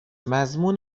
مضمون